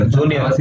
Junior